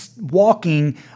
walking